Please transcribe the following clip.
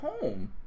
home